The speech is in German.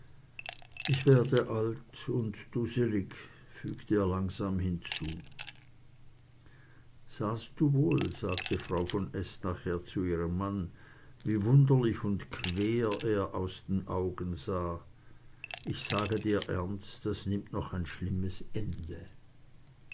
ich werde alt und du selig fügte er langsam hinzu sahst du wohl sagte frau von s nachher zu ihrem manne wie wunderlich und quer er aus den augen sah ich sage dir ernst das nimmt noch ein schlimmes ende